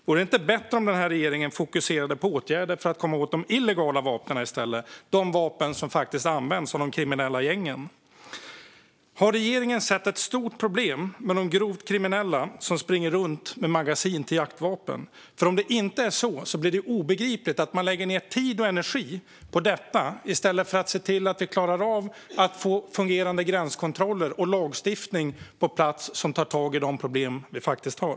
Vore det inte bättre om regeringen fokuserade på åtgärder för att i stället komma åt de illegala vapnen, de vapen som faktiskt används av de kriminella gängen? Har regeringen sett ett stort problem med att grovt kriminella springer runt med magasin till jaktvapen? Om det inte är på det sättet är det obegripligt att man lägger ned tid och energi på detta, i stället för att se till att få fungerande gränskontroller och lagstiftning på plats för att ta tag i de problem vi faktiskt har.